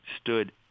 stood